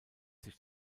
sich